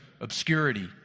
obscurity